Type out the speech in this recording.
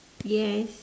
yes